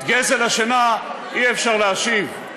את גזל השינה אי-אפשר להשיב.